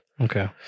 Okay